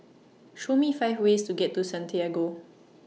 Show Me five ways to get to Santiago